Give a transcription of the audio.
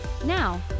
Now